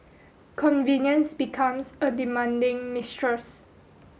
convenience becomes a demanding mistress